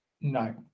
No